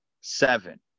seven